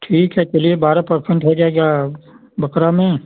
ठीक है चलिए बारह पर्सेन्ट हो जाएगा बकरे में